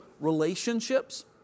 relationships